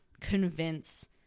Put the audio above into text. convince